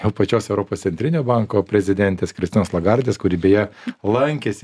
jau pačios europos centrinio banko prezidentės kristinos lagardės kuri beje lankėsi